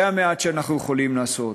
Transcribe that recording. זה המעט שאנחנו יכולים לעשות.